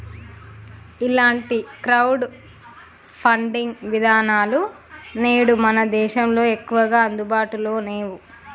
ఇలాంటి crowd funding విధానాలు నేడు మన దేశంలో ఎక్కువగా అందుబాటులో నేవు